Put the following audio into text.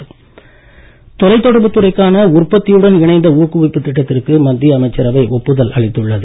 மத்தியஅமைச்சரவை தொலைத் தொடர்பு துறைக்கான உற்பத்தியுடன் இணைந்த ஊக்குவிப்பு திட்டத்திற்கு மத்திய அமைச்சரவை ஒப்புதல் அளித்துள்ளது